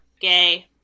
gay